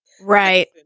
right